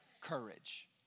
Courage